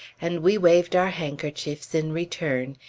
and we waved our handkerchiefs in return,